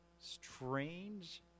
strange